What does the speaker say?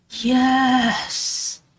Yes